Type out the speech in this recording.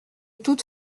toute